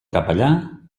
capellà